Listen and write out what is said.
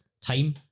time